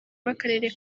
w’akarere